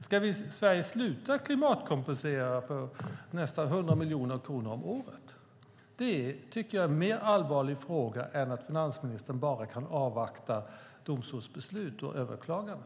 Ska Sverige sluta klimatkompensera för nästan 100 miljoner kronor om året? Den här frågan är alltför viktig för att finansministern bara ska kunna avvakta domstolens beslut och ett överklagande.